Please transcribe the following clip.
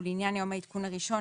ולעניין יום העדכון הראשון,